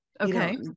Okay